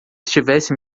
estivesse